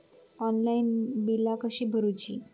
Online बिला कशी भरूची?